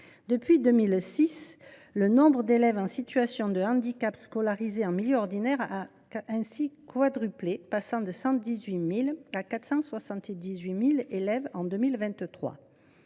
Depuis 2006, le nombre d’élèves en situation de handicap scolarisés en milieu ordinaire a ainsi quadruplé, passant de 118 000 à 478 000 en 2023.